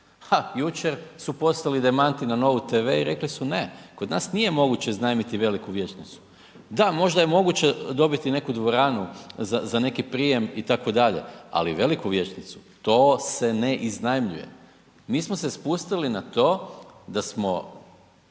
jučer su poslali demanti na Novu TV i rekli su ne, kod nas nije moguće iznajmiti veliku vijećnicu, da možda je moguće dobiti neku dvoranu za, za neki prijem itd., ali veliku vijećnicu, to se ne iznajmljuje. Mi smo se spustili na to da smo